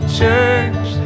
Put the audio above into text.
church